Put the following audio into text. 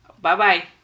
Bye-bye